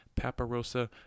paparosa